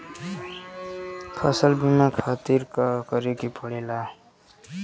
फसल बीमा खातिर का करे के पड़ेला?